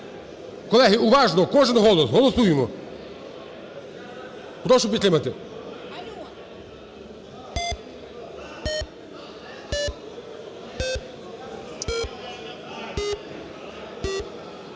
Колеги, уважно кожний голос. Голосуємо. Прошу підтримати.